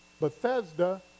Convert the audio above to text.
bethesda